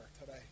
today